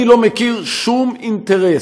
אני לא מכיר שום אינטרס,